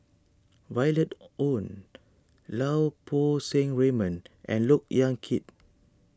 Violet Oon Lau Poo Seng Raymond and Look Yan Kit